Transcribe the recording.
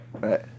Right